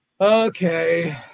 okay